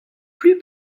plus